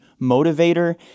motivator